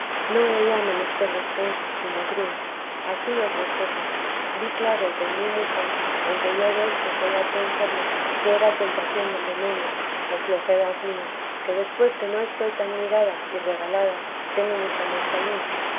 no he ya menester descanso sino cruz ansí otras cosas vi claro que en muy muchas aunque yo de hecho soy harto enferma que era tentación del demonio o flojedad mía que después que no estoy tan mirada y regalada tengo mucha más salud